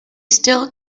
still